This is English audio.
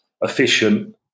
efficient